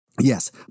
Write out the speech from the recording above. yes